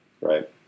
Right